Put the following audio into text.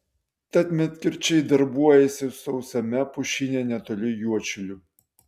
tad medkirčiai darbuojasi sausame pušyne netoli juodšilių